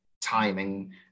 timing